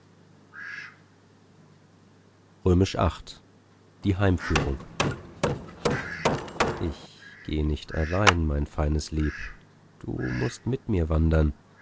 die heimführung ich geh nicht allein mein feines lieb du mußt mit mir wandern